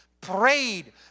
prayed